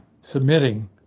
submitting